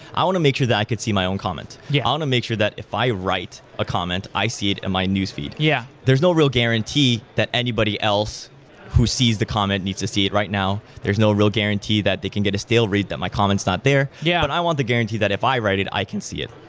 i want to make that i could see my own comment. yeah i want to make sure that if i write a comment, i see it in my news feed. yeah there's no real guarantee that else who sees the comment needs to see it right now. there's no real guarantee that they can get a stale read that my comment is not there. yeah but i want the guarantee that if i write it, i can see it.